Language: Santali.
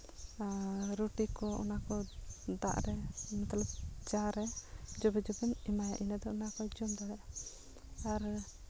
ᱟᱨ ᱨᱩᱴᱤ ᱠᱚ ᱚᱱᱟ ᱠᱚ ᱫᱟᱜ ᱨᱮ ᱢᱚᱛᱞᱚᱵ ᱪᱟ ᱨᱮ ᱡᱚᱵᱮ ᱡᱚᱵᱮᱢ ᱮᱢᱟᱭᱟ ᱤᱱᱟᱹ ᱫᱚ ᱚᱱᱟᱠᱚᱭ ᱡᱚᱢᱟ ᱫᱟᱲᱮᱭᱟᱜᱼᱟ ᱟᱨ